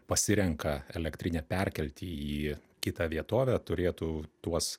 pasirenka elektrinę perkelti į kitą vietovę turėtų tuos